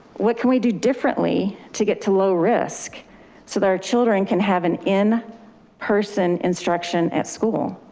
what can we do differently to get to low risk so that our children can have an in person instruction at school?